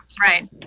right